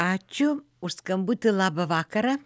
ačiū už skambutį labą vakarą